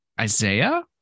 Isaiah